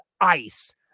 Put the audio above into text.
Ice